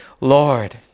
Lord